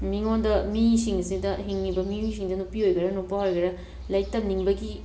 ꯃꯤꯁꯤꯡꯁꯤꯗ ꯍꯤꯡꯉꯤꯕ ꯃꯤꯁꯤꯡꯗꯨ ꯅꯨꯄꯤ ꯑꯣꯏꯒꯦꯔ ꯅꯨꯄꯥ ꯑꯣꯏꯒꯦꯔ ꯂꯥꯏꯔꯤꯛ ꯇꯝꯅꯤꯡꯕꯒꯤ